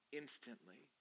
instantly